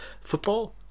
football